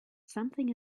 something